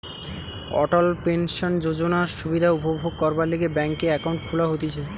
অটল pension যোজনার সুবিধা উপভোগ করবার লিগে ব্যাংকে একাউন্ট খুলা হতিছে